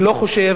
אני לא חושב